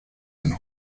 and